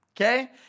okay